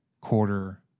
quarter